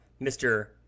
Mr